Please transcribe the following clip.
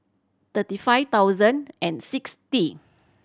thirty five thousand and sixty